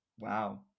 wow